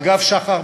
אגף שח"ר,